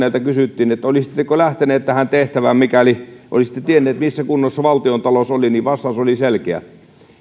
kysyttiin että olisitteko lähtenyt tähän tehtävään mikäli olisitte tiennyt missä kunnossa valtiontalous oli niin vastaus oli selkeä